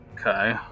Okay